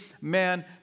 man